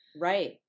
Right